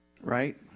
Right